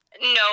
No